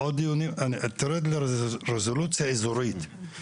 תרד לרזולוציה אזורית.